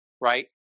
right